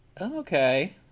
Okay